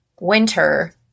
Winter